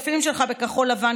אינו נוכח קארין אלהרר,